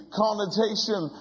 connotation